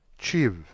Chiv